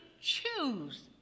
choose